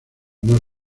más